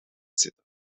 zitten